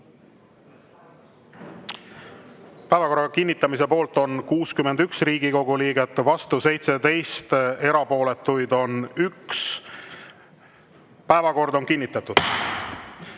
Päevakord on kinnitatud.